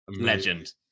legend